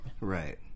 Right